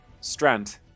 Strand